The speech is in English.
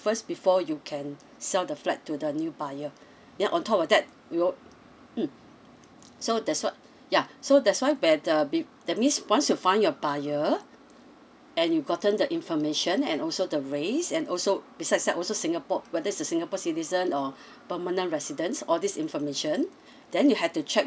first before you can sell the flat to the new buyer ya on top of that you o~ mm so that's what ya so that's why where the we that means once you find your buyer and you gotten the information and also the race and also besides that also singapore whether is a singapore citizen or permanent resident all this information then you have to check